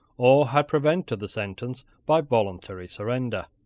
or had prevented the sentence by voluntary surrender.